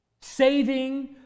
saving